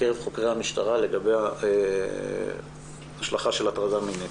בקרב חוקרי המשטרה לגבי השלכה של הטרדה מינית.